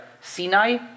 Sinai